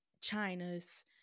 China's